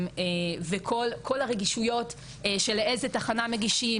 וכל הרגישויות של איזה תחנה מגישים,